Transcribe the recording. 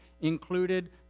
included